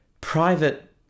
private